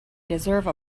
deserve